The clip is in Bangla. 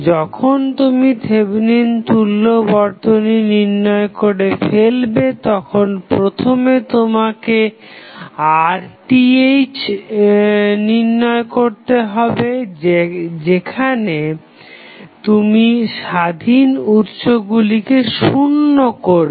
যখন তুমি থেভেনিন তুল্য বর্তনী নির্ণয় করে ফেলবে তখন প্রথমে তোমাকে RTh নির্ণয় করতে হবে যেখানে তুমি স্বাধীন উৎসগুলিকে শুন্য করবে